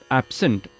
absent